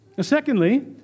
Secondly